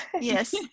Yes